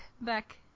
back